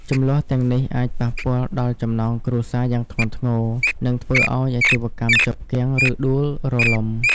ជម្លោះទាំងនេះ អាចប៉ះពាល់ដល់ចំណងគ្រួសារយ៉ាងធ្ងន់ធ្ងរ និងធ្វើឲ្យអាជីវកម្មជាប់គាំង ឬដួលរលំ។